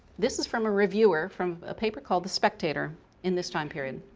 this is from a reviewer from a paper called the spectator in this time period.